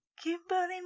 Kimberly